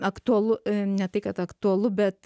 aktualu ne tai kad aktualu bet